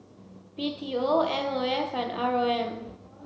B T O M O F and R O M